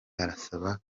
arasaba